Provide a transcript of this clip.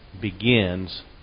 begins